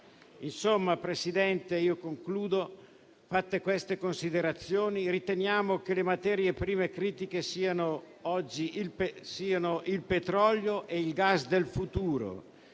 Signor Presidente, fatte queste considerazioni, riteniamo che le materie prime critiche siano oggi il petrolio e il gas del futuro.